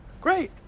Great